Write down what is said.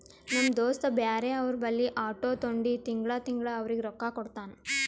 ನಮ್ ದೋಸ್ತ ಬ್ಯಾರೆ ಅವ್ರ ಬಲ್ಲಿ ಆಟೋ ತೊಂಡಿ ತಿಂಗಳಾ ತಿಂಗಳಾ ಅವ್ರಿಗ್ ರೊಕ್ಕಾ ಕೊಡ್ತಾನ್